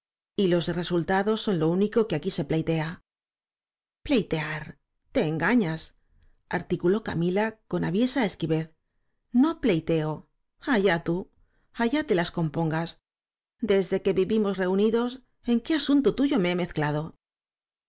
los resultados son lo único que aquí se pleitea pleitear t e engañas articuló camila con aviesa esquivez no pleiteo allá tú allá te las compongas desde que vivimos reunidos en qué asunto tuyo me